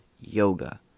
Yoga